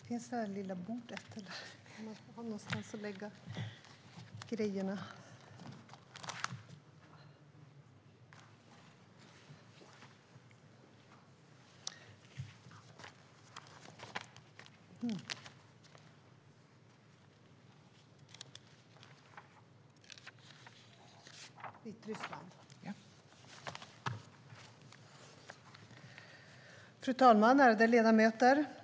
Svar på interpellationer Fru talman och ärade ledamöter!